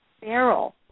barrel